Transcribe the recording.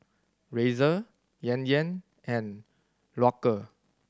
Razer Yan Yan and Loacker